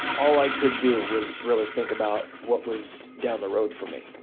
all i could do was really think about what was down the road for me.